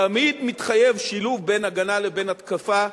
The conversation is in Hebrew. תמיד מתחייב שילוב בין הגנה לבין התקפה.